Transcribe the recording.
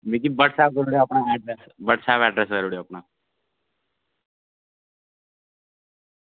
मिगी व्हाट्सएप करी ओड़ेआ अपना अड्रैस व्हाट्सएप अड्रैस करी ओड़ेओ अपना